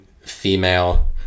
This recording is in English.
female